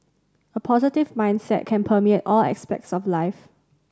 a positive mindset can permeate all aspects of life